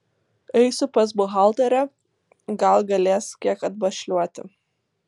eisiu pas buhalterę gal galės kiek atbašliuoti